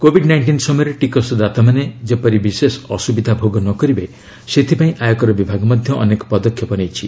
Covid nineteen ସମୟରେ ଟିକସଦାତାମାନେ ଯେପରି ବିଶେଷ ଅସୁବିଧା ଭୋଗ ନ କରିବେ ସେଥିପାଇଁ ଆୟକର ବିଭାଗ ମଧ୍ୟ ଅନେକ ପଦକ୍ଷେପ ନେଇଛି